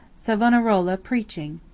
savonarola preaching.